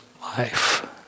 life